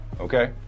Okay